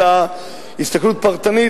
אלא הסתכלות פרטנית,